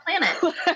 planet